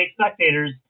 spectators